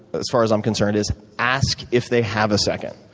as far as i'm concerned, is ask if they have a second.